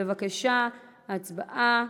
בבקשה, ההצבעה.